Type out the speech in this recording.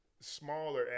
smaller